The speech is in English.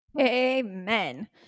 Amen